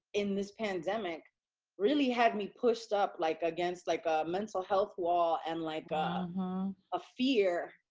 in this pandemic really had me pushed up, like against like a mental health wall, and like a fear.